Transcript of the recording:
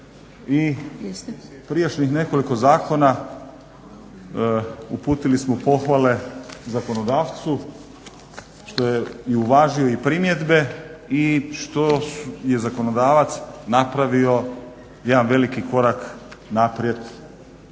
I prijašnjih nekoliko zakona uputili smo pohvale zakonodavcu što je i uvažio i primjedbe i što je zakonodavac napravio jedan veliki korak naprijed.